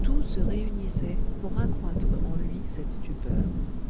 tout se réunissait pour accroître en lui cette stupeur